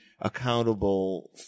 accountable